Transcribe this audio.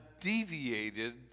deviated